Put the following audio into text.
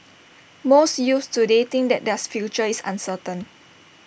most youths today think that theirs future is uncertain